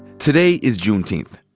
today is juneteenth,